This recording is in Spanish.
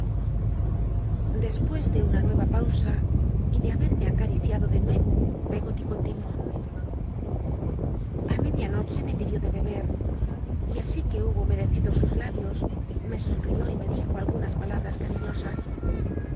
dcspucs de una nueya pausa y de haberme acariy continuó ciado de nuevo peggol a media noche me pidió de bebct y así c uc hubo humedecido sus labios me sonrió y me dij o algunas palabras cariñosas